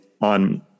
on